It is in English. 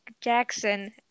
Jackson